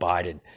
Biden